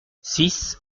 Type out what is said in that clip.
six